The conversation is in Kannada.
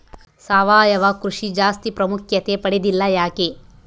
ಸಾವಯವ ಕೃಷಿ ಜಾಸ್ತಿ ಪ್ರಾಮುಖ್ಯತೆ ಪಡೆದಿಲ್ಲ ಯಾಕೆ?